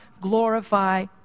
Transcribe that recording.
glorify